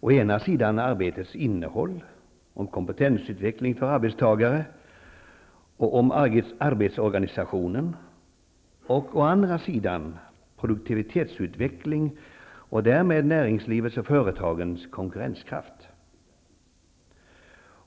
å ena sidan arbetets innehåll, om kompetensutveckling för arbetstagare och om arbetsorganisationen, och å andra sidan produktivitetsutveckling och därmed näringslivets och företagens konkurrenskraft.